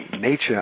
nature